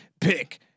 pick